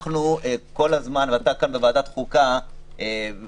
אנחנו כל הזמן ואתה כאן בוועדת החוקה מנסים